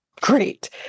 Great